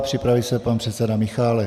Připraví se pan předseda Michálek.